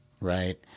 right